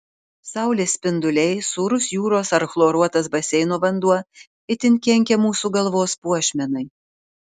saulės spinduliai sūrus jūros ar chloruotas baseino vanduo itin kenkia mūsų galvos puošmenai